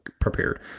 prepared